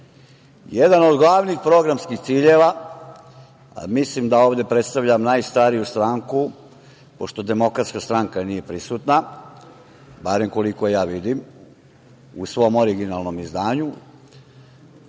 Jedan od glavnih programskih ciljeva, mislim da ovde predstavljam najstariju stranku, pošto DS nije prisutna, barem koliko ja vidim u svom originalnom izdanju,